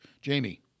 Jamie